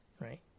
right